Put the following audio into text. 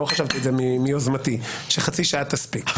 לא חשבתי מיוזמתי שחצי שעה תספיק.